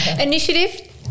initiative